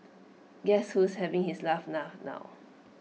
guess who is having his last laugh now